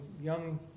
young